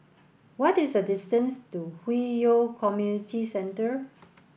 what is the distance to Hwi Yoh Community Centre